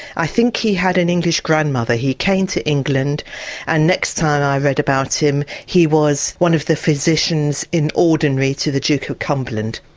i think he had an english grandmother, he came to england and next time i read about him he was one of the physicians in ordinary to the duke of cumberland.